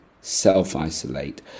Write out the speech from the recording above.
self-isolate